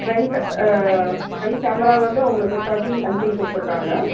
front front camera வந்து உங்களுக்கு thirteen MP கொடுத்துருக்காங்க